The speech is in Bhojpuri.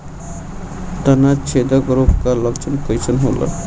तना छेदक रोग का लक्षण कइसन होला?